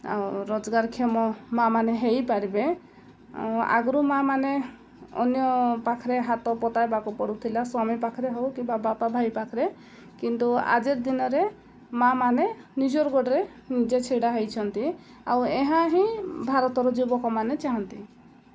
ଆଉ ରୋଜଗାର କ୍ଷମ ମାଆ ମାନେ ହେଇପାରିବେ ଆଉ ଆଗରୁ ମାଆ ମାନେ ଅନ୍ୟ ପାଖରେ ହାତ ପତାଇବାକୁ ପଡ଼ୁଥିଲା ସ୍ୱାମୀ ପାଖରେ ହଉ କିମ୍ବା ବାପା ଭାଇ ପାଖରେ କିନ୍ତୁ ଆଜିର ଦିନରେ ମାଆ ମାନେ ନିଜର ଗୋଡ଼ରେ ନିଜେ ଛିଡ଼ା ହେଇଛନ୍ତି ଆଉ ଏହା ହିଁ ଭାରତର ଯୁବକମାନେ ଚାହାନ୍ତି